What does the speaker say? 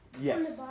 Yes